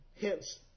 Hence